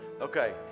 okay